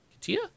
Katia